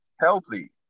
healthy